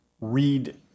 read